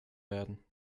werden